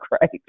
right